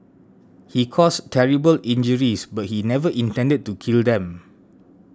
he caused terrible injuries but he never intended to kill them